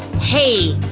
hey!